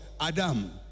Adam